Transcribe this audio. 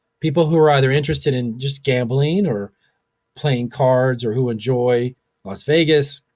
people who are either interested in just gambling or playing cards or who enjoy las vegas,